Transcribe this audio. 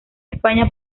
españa